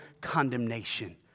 condemnation